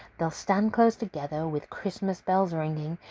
they'll stand close together with christmas bells ringing.